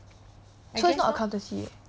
so it's not accountancy eh